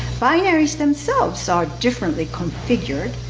binaries themselves are differently configured,